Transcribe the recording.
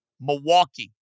Milwaukee